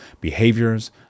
behaviors